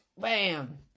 bam